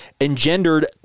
engendered